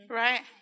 right